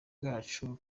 bacu